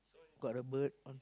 got a bird on